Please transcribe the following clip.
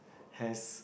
has